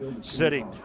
City